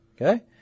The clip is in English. Okay